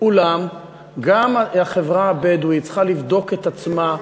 אולם גם החברה הבדואית צריכה לבדוק את עצמה.